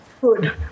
good